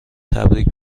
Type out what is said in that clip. تبریک